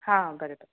हां बरें बरें